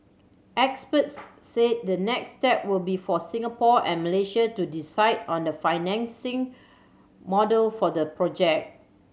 experts said the next step will be for Singapore and Malaysia to decide on the financing model for the project